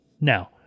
Now